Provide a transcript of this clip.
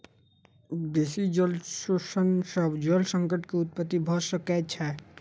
बेसी जल शोषण सॅ जल संकट के उत्पत्ति भ सकै छै